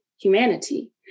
humanity